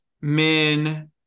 men